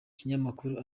kinyamakuru